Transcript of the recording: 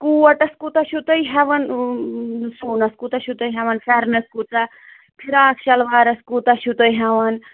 کوٹس کوٗتاہ چھُو تُہۍ ہٮ۪وان سُونس کوٗتاہ چھُو تُہۍ ہٮ۪وان پھٮ۪رنس کوٗتاہ فِراکھ شِلوارس کوٗتاہ چھِو تُہۍ ہٮ۪وان